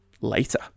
later